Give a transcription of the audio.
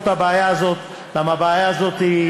לא מכיר את הסוגיה,